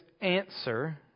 answer